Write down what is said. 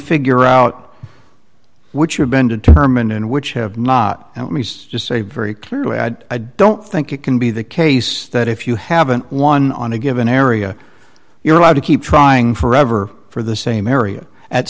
figure out which have been determined and which have not and let me just say very clearly that i don't think it can be the case that if you haven't won on a given area you're allowed to keep trying forever for the same area at